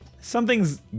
Something's